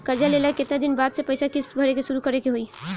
कर्जा लेला के केतना दिन बाद से पैसा किश्त भरे के शुरू करे के होई?